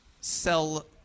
sell